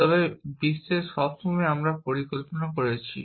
তবে বিশ্বের সব সময় আমরা পরিকল্পনা করছি